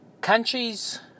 countries